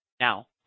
Now